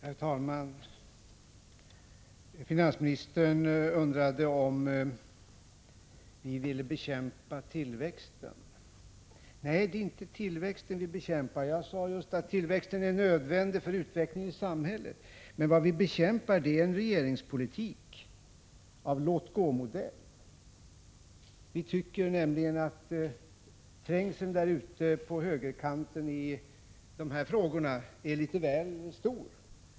Herr talman! Finansministern undrade om vi ville bekämpa tillväxten. Nej, det är inte tillväxten vi bekämpar! Jag sade just att tillväxten är nödvändig för utvecklingen i samhället. Men vi bekämpar en regeringspolitik av låt-gå-modell. Vi tycker nämligen att trängseln på högerkanten i dessa frågor är litet väl stor.